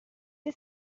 die